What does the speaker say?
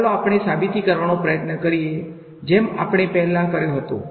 ચાલો આપણે સાબિતી કરવાનો પ્રયત્ન કરીએ જેમ આપણે પહેલા કર્યો હતો